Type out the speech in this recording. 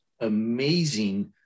amazing